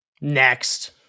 Next